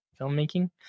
filmmaking